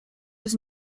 was